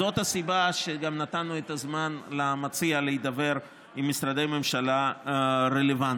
זאת הסיבה שגם נתנו את הזמן למציע להידבר עם משרדי הממשלה הרלוונטיים.